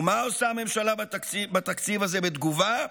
ומה עושה הממשלה בתקציב הזה בתגובה?